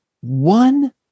one-